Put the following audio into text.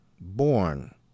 born